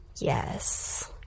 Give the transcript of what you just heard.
Yes